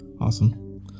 Awesome